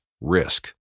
risk